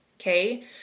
okay